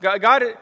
God